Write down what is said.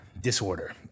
disorder